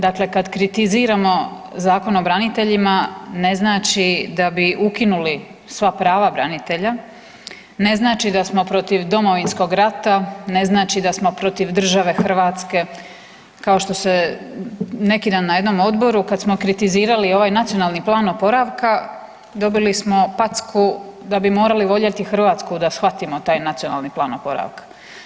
Dakle, kad kritiziramo Zakon o braniteljima ne znači da bi ukinuli sva prava branitelja, ne znači da smo protiv Domovinskog rata, ne znači da smo protiv države Hrvatske kao što se neki dan na jednom odboru kad smo kritizirali ovaj nacionalni plan oporavka dobili smo packu da bi morali voljeli Hrvatsku da shvatimo taj nacionalni plan oporavka.